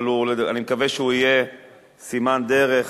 אבל אני מקווה שהוא יהיה סימן דרך.